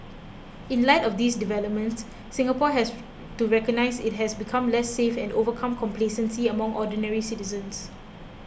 in light of these developments Singapore has to recognise it has become less safe and overcome complacency among ordinary citizens